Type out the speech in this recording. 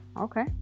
Okay